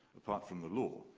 apart from the law,